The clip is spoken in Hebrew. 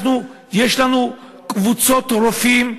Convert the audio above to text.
יש לנו קבוצות רופאים,